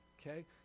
okay